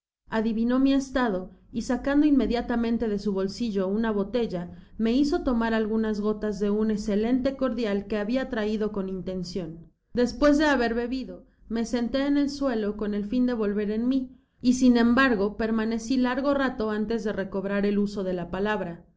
adivinó mi estado y sacando inmediatamente de su bolsillo una botella me hizo tomar algunas gotas de un esceleate cordial que habia traido con intencion despues de haber bebido me senté en el suelo con el fin de volver en mi y sin embargo permaneci lar pinaza especie de esquife gondola de la